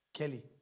Kelly